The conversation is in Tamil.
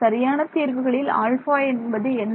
சரியான தீர்வு தீர்வுகளில் ஆல்பா என்பது என்ன